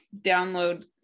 download